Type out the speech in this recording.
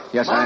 Yes